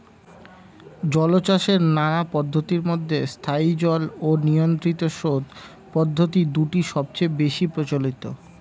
জলচাষের নানা পদ্ধতির মধ্যে স্থায়ী জল ও নিয়ন্ত্রিত স্রোত পদ্ধতি দুটি সবচেয়ে বেশি প্রচলিত